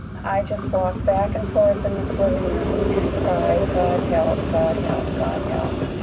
i just walked back and forth in this living room and cried, god, help! god, help! god, help!